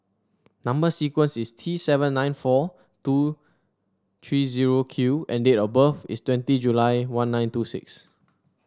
number sequence is T seven nine four two three zero Q and date of birth is twenty July one nine two six